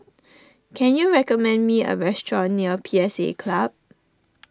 can you recommend me a restaurant near P S A Club